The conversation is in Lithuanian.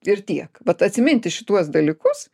ir tiek vat atsiminti šituos dalykus